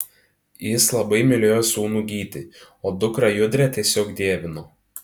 jis labai mylėjo sūnų gytį o dukrą judrę tiesiog dievino